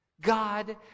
God